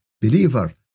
believer